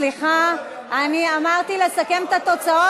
סליחה, אני אמרתי לסכם את התוצאות.